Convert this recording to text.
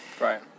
right